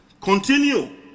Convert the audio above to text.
Continue